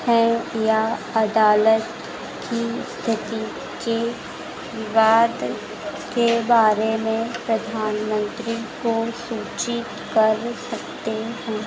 हैं या अदालत की स्थिति के बाद के बारे में प्रधानमंत्री को सूचित कर सकते हैं